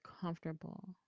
comfortable